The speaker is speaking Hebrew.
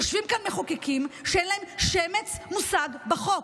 יושבים כאן מחוקקים שאין להם שמץ מושג בחוק.